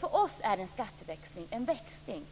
För oss är en skatteväxling en växling